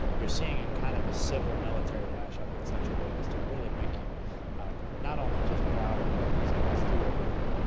you're seeing a kind of of a civil military lash-up in such a way as to really make you not only just proud of what these guys do every day,